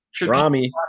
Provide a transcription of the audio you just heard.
Rami